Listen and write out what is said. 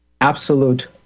absolute